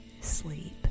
sleep